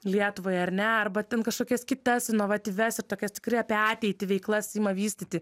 lietuvai ar ne arba ten kažkokias kitas inovatyvias ir tokias tikrai apie ateitį veiklas ima vystyti